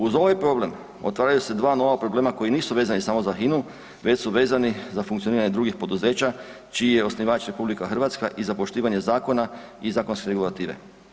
Uz ovaj problem, otvaraju se dva nova problema koji nisu vezani samo za HINA-u već su vezani za funkcioniranje drugih poduzeća čiji je osnivač RH i za poštivanje zakona i zakonske regulative.